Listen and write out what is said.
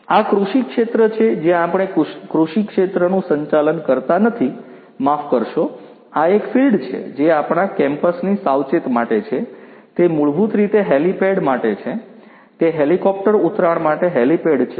આ કૃષિ ક્ષેત્ર છે જ્યાં આપણે કૃષિ ક્ષેત્રનું સંચાલન કરતા નથી માફ કરશો આ એક ફિલ્ડ છે જે આપણા કેમ્પસની સાવચેત માંટે છે તે મૂળભૂત રીતે હેલિપેડ માટે છે તે હેલિકોપ્ટર ઉતરાણ માટે હેલિપેડ છે